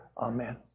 Amen